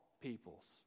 peoples